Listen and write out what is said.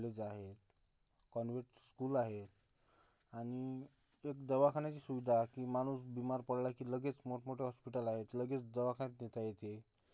college आहे convent school आहे आणि ते दवाखान्याची सुविधा की माणूस बिमार पडला की लगेच मोठमोठी हॉस्पिटल आहेत लगेच दवाखान्यात नेता येते